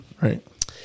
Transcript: right